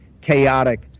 chaotic